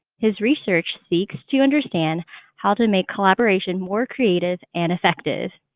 his research seeks to understand how to make collaboration more creative and effective.